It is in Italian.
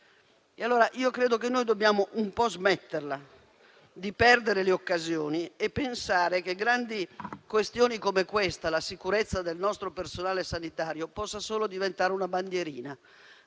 Credo che dobbiamo smetterla di perdere le occasioni e pensare che grandi questioni come la sicurezza del nostro personale sanitario possano diventare solo una bandierina.